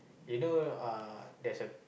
you know uh there is a